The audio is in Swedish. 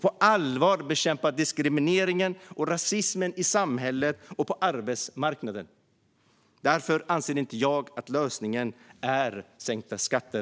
På allvar måste vi bekämpa diskrimineringen och rasismen i samhället och på arbetsmarknaden. Jag anser därför inte att lösningen är sänkta skatter.